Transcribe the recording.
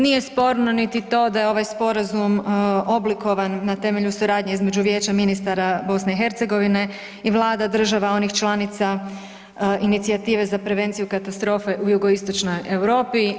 Nije sporno niti to da je ovaj sporazum oblikovan na temelju suradnje između Vijeća ministara BiH i vlada država onih članica inicijative Za prevenciju katastrofe u jugoistočnoj Europi.